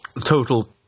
total